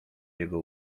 jego